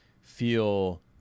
Feel